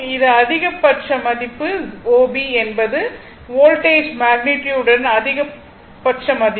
இது அதிகபட்ச மதிப்பு O B என்பது வோல்டேஜ் மேக்னிட்யுட் ன் அதிகபட்ச மதிப்பு